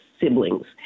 siblings